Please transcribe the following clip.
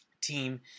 team